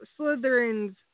Slytherins